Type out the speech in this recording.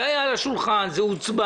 זה היה על השולחן, זה הוצבע,